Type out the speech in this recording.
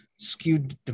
skewed